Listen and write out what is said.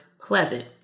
pleasant